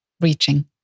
reaching